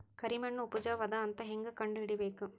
ಕರಿಮಣ್ಣು ಉಪಜಾವು ಅದ ಅಂತ ಹೇಂಗ ಕಂಡುಹಿಡಿಬೇಕು?